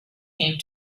came